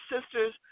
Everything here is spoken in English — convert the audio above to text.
sisters